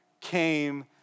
came